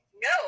No